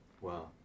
Wow